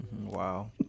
Wow